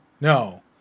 No